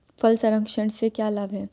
फल संरक्षण से क्या लाभ है?